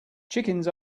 chickens